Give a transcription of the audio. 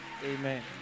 Amen